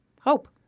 hope